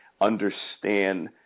understand